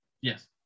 Yes